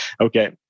Okay